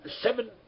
seven